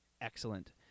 Excellent